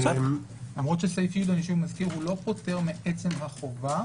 למרות שסעיף י לא פוטר מעצם החובה.